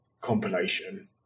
compilation